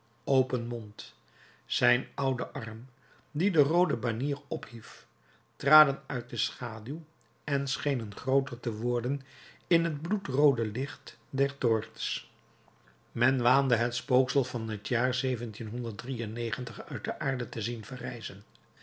open mond zijn oude arm die de roode banier ophief traden uit de schaduw en schenen grooter te worden in het bloedroode licht der toorts men waande het spooksel van t jaar uit de aarde te zien